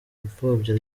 ipfobya